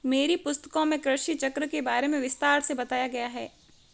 मेरी पुस्तकों में कृषि चक्र के बारे में विस्तार से बताया गया है